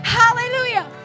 hallelujah